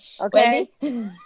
Okay